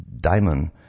Diamond